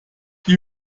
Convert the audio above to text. die